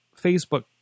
Facebook